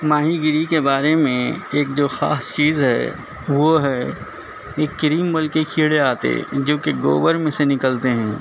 ماہی گیری کے بارے میں ایک جو خاص چیز ہے وہ ہے ایک کریم بول کے کیڑے آتے جوکہ گوبر میں سے نکلتے ہیں